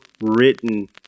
written